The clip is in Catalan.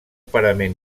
parament